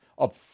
up